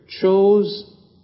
chose